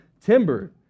timber